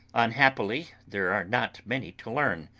unhappily there are not many to learn,